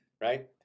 right